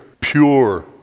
pure